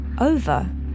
over